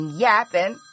yapping